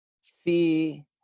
see